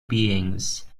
beings